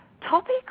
topic